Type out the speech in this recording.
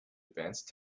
advanced